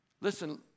Listen